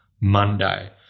Monday